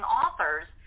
authors